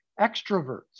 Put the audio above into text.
extroverts